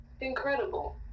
Incredible